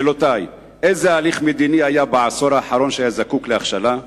שאלותי: איזה הליך מדיני היה בעשור האחרון שהיה זקוק להכשלה?